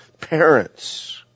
parents